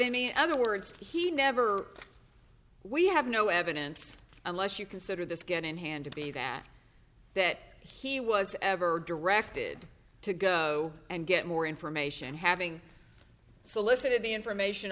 any other words he never we have no evidence unless you consider the scan in hand to be that that he was ever directed to go and get more information having solicited the information